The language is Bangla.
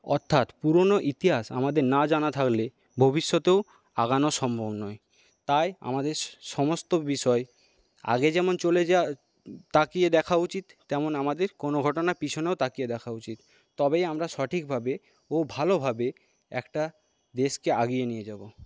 অর্থাৎ পুরোনো ইতিহাস আমাদের না জানা থাকলে ভবিষ্যতেও আগানো সম্ভব নয় তাই আমাদের সমস্ত বিষয় আগে যেমন চলে যায় তাকিয়ে দেখা উচিৎ তেমন আমাদের কোনো ঘটনা পিছনেও তাকিয়ে দেখা উচিৎ তবেই আমরা সঠিকভাবে ও ভালোভাবে একটা দেশকে আগিয়ে নিয়ে যাব